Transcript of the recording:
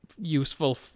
useful